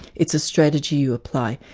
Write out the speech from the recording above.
it's a strategy you apply,